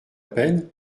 peine